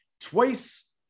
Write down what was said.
twice